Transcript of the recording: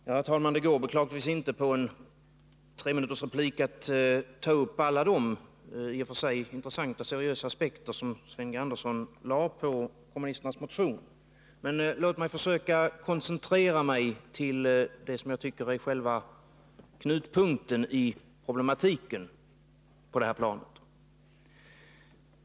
Herr talman! Det går beklagligtvis inte att under en treminutersreplik ta upp alla de i och för sig intressanta och seriösa synpunkter som Sven G. Andersson anlade på kommunisternas motion. Men låt mig försöka koncentrera mig på det som jag tycker är själva knutpunkten i problematiken på det här planet.